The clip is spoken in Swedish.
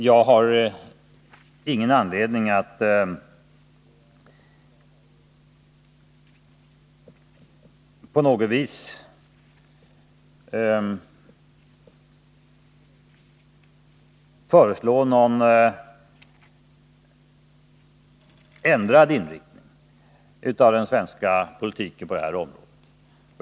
Jag har ingen anledning att på något sätt föreslå en ändrad inriktning av den politiken.